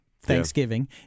Thanksgiving